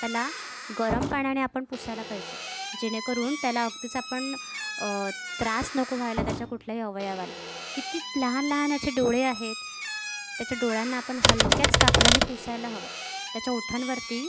त्याला गरम पाण्याने आपण पुसायला पाहिजे जेणेकरून त्याला अगदीच आपण त्रास नको व्हायला त्याच्या कुठल्याही अवयवाला किती लहान लहान याचे डोळे आहेत त्याच्या डोळ्यांना आपण हलक्याच कापडाने पुसायला हवं त्याच्या ओठांवरती